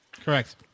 Correct